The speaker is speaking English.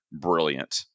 brilliant